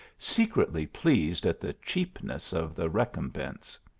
secretly pleased at the cheapness of the recompense.